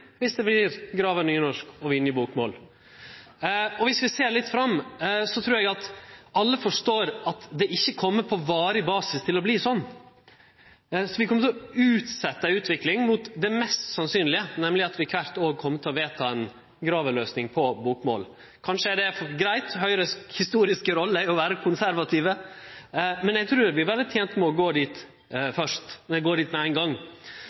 viss det vert Graver-nynorsk og Vinje-bokmål. Viss vi ser litt fram, så trur eg at alle forstår at det ikkje kjem til å vere sånn på varig basis. Vi kjem til å utsetje ei utvikling mot det mest sannsynlege, nemleg at vi kvart år kjem til å vedta ei Graver-løysing på bokmål. Kanskje er det greitt – Høgres historiske rolle er å vere konservativ. Men eg trur vi ville vore tente med å gå dit